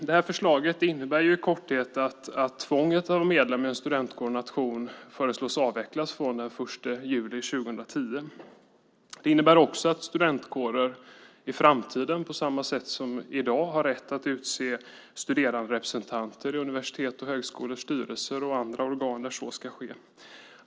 Det här förslaget innebär i korthet att tvånget att vara medlem i en studentkår eller nation föreslås avvecklas från och med den 1 juli 2010. Det innebär också att studentkårer i framtiden på samma sätt som i dag har rätt att utse studeranderepresentanter i universitets och högskolors styrelser och i andra organ där så ska ske.